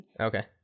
Okay